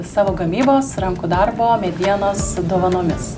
savo gamybos rankų darbo medienos dovanomis